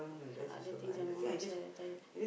other things some more that's why I very tired